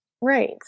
Right